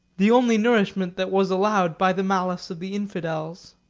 the only nourishment that was allowed by the malice of the infidels.